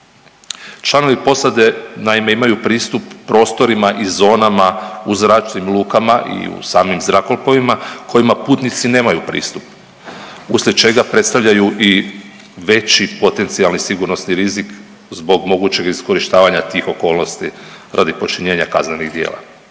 Članovi posade naime imaju pristup prostorima i zonama u zračnim lukama i u samim zrakoplovima kojima putnici nemaju pristup uslijed čega predstavljaju i veći potencijalni sigurnosni rizik zbog mogućeg iskorištavanja tih okolnosti radi počinjenja kaznenih djela.